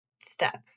step